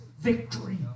victory